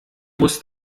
muss